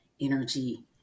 energy